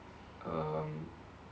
um